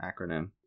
acronym